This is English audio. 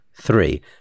three